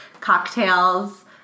cocktails